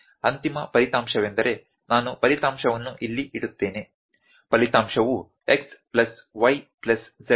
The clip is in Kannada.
ಅಂತಿಮ ಫಲಿತಾಂಶವೆಂದರೆ ನಾನು ಫಲಿತಾಂಶವನ್ನು ಇಲ್ಲಿ ಇಡುತ್ತೇನೆ ಫಲಿತಾಂಶವು x plus y plus z ಗೆ i